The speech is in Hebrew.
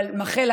אבל מכלה,